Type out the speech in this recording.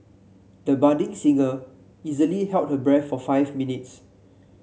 the budding singer easily held her breath for five minutes